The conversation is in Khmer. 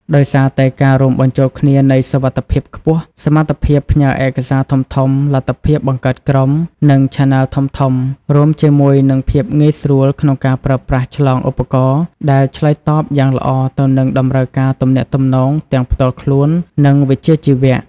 ដោយសារតែការរួមបញ្ចូលគ្នានៃសុវត្ថិភាពខ្ពស់ សមត្ថភាពផ្ញើឯកសារធំៗ លទ្ធភាពបង្កើតក្រុម និងឆានែលធំៗ រួមជាមួយនឹងភាពងាយស្រួលក្នុងការប្រើប្រាស់ឆ្លងឧបករណ៍ ដែលឆ្លើយតបយ៉ាងល្អទៅនឹងតម្រូវការទំនាក់ទំនងទាំងផ្ទាល់ខ្លួន និងវិជ្ជាជីវៈ។